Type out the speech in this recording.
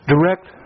Direct